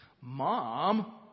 Mom